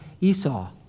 Esau